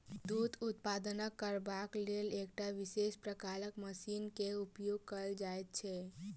दूध उत्पादन करबाक लेल एकटा विशेष प्रकारक मशीन के उपयोग कयल जाइत छै